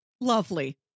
Lovely